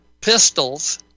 pistols